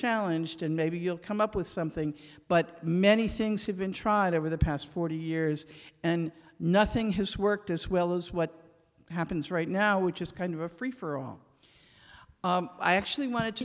challenge to nabeel come up with something but many things have been tried over the past forty years and nothing has worked as well as what happens right now which is kind of a free for all i actually wanted to